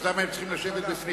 אז למה הם צריכים לשבת בפנים.